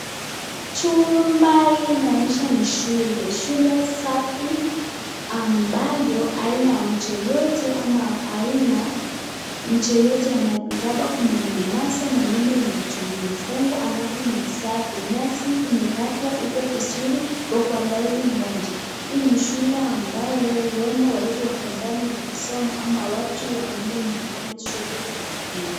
Chumba hii inaonyesha ni shule. Shule safi ambayo haina mtu yeyote ama aina mtu yeyote anayepita hapa. Hapa kumenyamaza manyumba imefungwa alafu ni safi. Nyasi imekatwa iko vizuri iko kwa laini moja. Hii ni shule ambayo huenda watoto wako ndani wanasoma ama watu wameenda nyumbani shule ikafungwa.